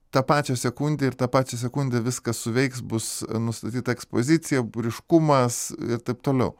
tą pačią sekundę ir tą pačią sekundę viskas suveiks bus nustatyta ekspozicija ryškumas ir taip toliau